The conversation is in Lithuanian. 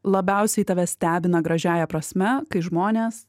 labiausiai tave stebina gražiąja prasme kai žmonės